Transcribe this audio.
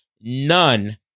none